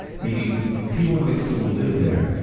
meaning people might still live there,